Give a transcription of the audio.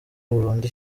burundu